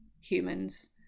humans